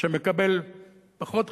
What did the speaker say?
שמקבל פחות חינוך,